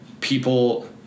people –